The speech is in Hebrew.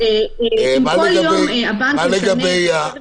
אם הבנק ישנה דברים